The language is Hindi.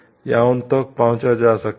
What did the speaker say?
या उनतक पहोचा जा सकता है